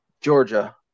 georgia